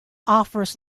offers